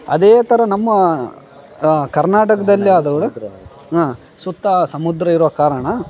ಅದೇ ಥರ ನಮ್ಮ ಕರ್ನಾಟಕದಲ್ಲಿ ಸುತ್ತ ಸಮುದ್ರ ಇರೋ ಕಾರಣ